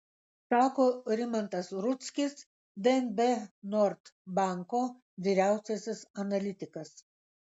sako rimantas rudzkis dnb nord banko vyriausiasis analitikas